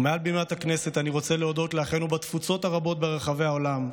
ומעל בימת הכנסת אני רוצה להודות לאחינו בתפוצות הרבות ברחבי העולם,